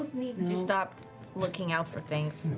needs and to stop looking out for things.